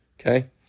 okay